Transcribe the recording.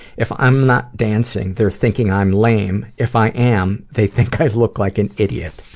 if i'm not dancing, they're thinking i'm lame. if i am, they think i look like an idiot.